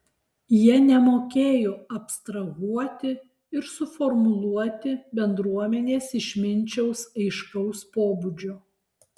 jie nemokėjo abstrahuoti ir suformuluoti bendruomenės išminčiaus aiškaus pobūdžio